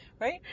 right